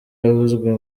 yavuzwe